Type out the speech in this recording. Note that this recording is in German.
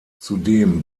zudem